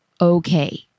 Okay